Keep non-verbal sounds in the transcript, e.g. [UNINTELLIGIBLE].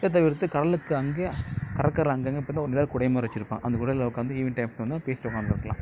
[UNINTELLIGIBLE] கடலுக்கு அங்கே கடற்கரை அங்கேங்க இப்போ நிழல்குடை மாதிரி வச்சுருப்பான் அந்த குடையில் உட்காந்து ஈவ்னிங் டைம்ஸ் வந்தால் பேசிகிட்டு உட்க்காந்துருக்குலாம்